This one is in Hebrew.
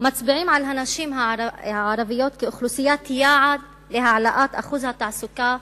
מצביעים על הנשים הערביות כאוכלוסיית יעד להעלאת אחוז התעסוקה,